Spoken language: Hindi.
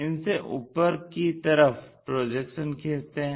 इनसे ऊपर की तरफ प्रोजेक्शन खींचते हैं